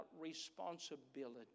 responsibility